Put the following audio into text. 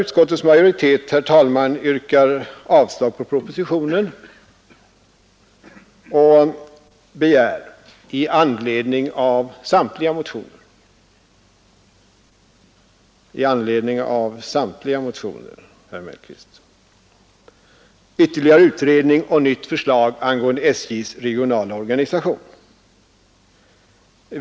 Utskottets majoritet yrkar avslag på propositionen och begär i anledning av samtliga motioner, herr Mellqvist, ytterligare utredning och nytt förslag angående SJs regionala organisation.